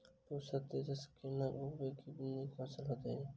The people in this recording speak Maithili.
पूसा तेजस केना उगैबे की नीक फसल हेतइ?